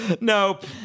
Nope